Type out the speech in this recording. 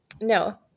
no